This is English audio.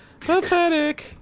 Pathetic